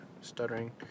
stuttering